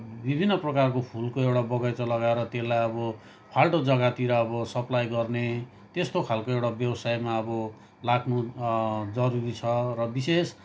विभिन्न प्रकारको फुलको एउटा बगैँचा लगाएर त्यसलाई अब फाल्टो जग्गातिर अब सप्लाई गर्ने त्यस्तो खालको एउटा व्यवसायमा अब लाग्नु जरुरी छ र विशेष